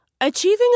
Achieving